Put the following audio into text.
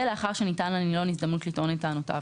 ולאחר שניתנה לנילון הזדמנות לטעון את טענותיו.